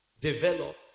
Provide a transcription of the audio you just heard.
develop